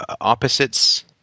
Opposites